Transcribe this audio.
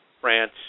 France